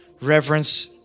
Reverence